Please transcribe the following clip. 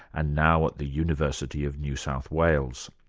and now at the university of new south wales.